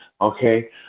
Okay